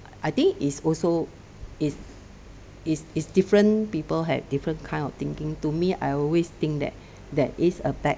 I think it's also it's is is different people have different kind of thinking to me I always think that there is a bad